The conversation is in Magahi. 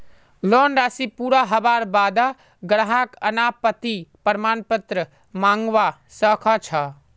लोन राशि पूरा हबार बा द ग्राहक अनापत्ति प्रमाण पत्र मंगवा स ख छ